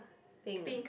pink ah